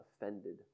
offended